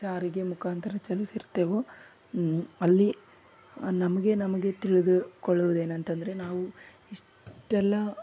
ಸಾರಿಗೆ ಮುಖಾಂತರ ಚಲಿಸಿರ್ತೇವೋ ಅಲ್ಲಿ ನಮಗೆ ನಮಗೆ ತಿಳಿದುಕೊಳ್ಳುವುದು ಏನಂತಂದರೆ ನಾವು ಇಷ್ಟೆಲ್ಲ